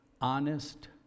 honest